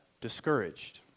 discouraged